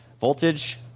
Voltage